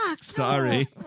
Sorry